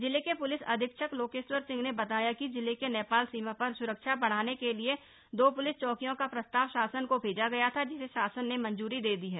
जिले के पुलिस अधीक्षक लोकेश्वर सिंह ने बताया कि जिले के नेपाल सीमा पर सुरक्षा बढ़ाने के लिए दो पुलिस चौकियों का प्रस्ताव शासन को प्रस्ताव भेजा गया था जिसे शासन ने मंजूरी दे दी है